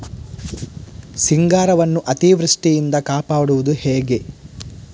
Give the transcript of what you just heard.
ಸಿಂಗಾರವನ್ನು ಅತೀವೃಷ್ಟಿಯಿಂದ ಕಾಪಾಡುವುದು ಹೇಗೆ?